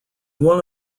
one